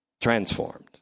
transformed